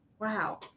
Wow